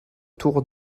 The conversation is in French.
tour